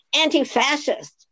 anti-fascist